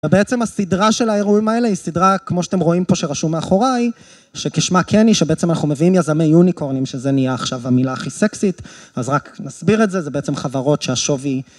ובעצם הסדרה של האירועים האלה היא סדרה, כמו שאתם רואים פה שרשום מאחוריי, שכשמה כן היא שבעצם אנחנו מביאים יזמי יוניקורנים, שזה נהיה עכשיו המילה הכי סקסית, אז רק נסביר את זה, זה בעצם חברות שהשוב היא...